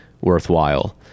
worthwhile